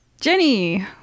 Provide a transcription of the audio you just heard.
Jenny